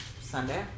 Sunday